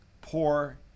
poor